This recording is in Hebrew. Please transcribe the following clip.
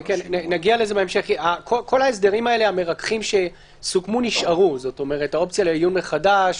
כל ההסדרים המרככים שסוכמו נשארו - האופציה לעיון מחדש,